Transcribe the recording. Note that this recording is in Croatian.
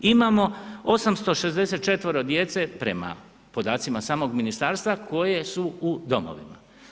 Imamo 864 djece prema podacima samog Ministarstva koje su u domovima.